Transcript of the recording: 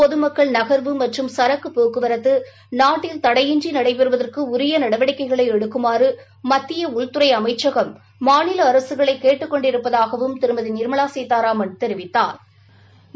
பொதுமக்கள் நகர்வு மற்றும் சரக்கு போக்குவர்தது நாட்டில தடையின்றி நடைபெறுவதற்கு உரிய நடவடிக்கைகளை எடுக்குமாறு மத்திய உள்துறை அமைச்சகம் மாநில அரசுகளை கேட்டுக் கொண்டிருப்பதாகவும் திருமதி நிா்மலா சீதாராமன் தெரிவித்தாா்